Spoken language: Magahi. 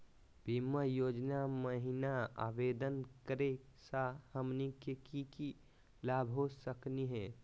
बीमा योजना महिना आवेदन करै स हमनी के की की लाभ हो सकनी हे?